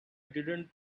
didn’t